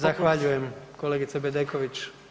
Zahvaljujem kolegice Bedeković.